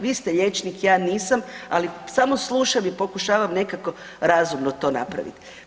Vi ste liječnik, ja nisam ali samo slušam i pokušavam nekako razumno to napraviti.